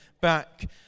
back